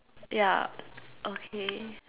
yeah okay